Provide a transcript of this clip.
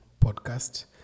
podcast